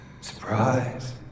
Surprise